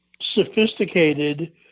sophisticated